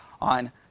on